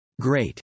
Great